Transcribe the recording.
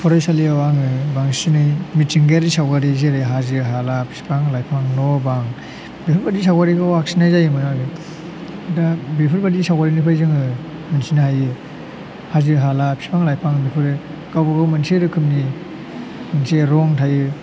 फरायसालियाव आङो बांसिनै मिथिंगायारि सावगारि जेरै हाजो हाला बिफां लाइफां न' बां बेफोरबायदि सावगारिखौ आखिनाय जायोमोन आरो दा बेफोरबायदि सावगारिनिफ्राय जोङो मिथिनो हायो हाजो हाला बिफां लाइफां बेफोरो गावबा गाव मोनसे रोखोमनि जे रं थायो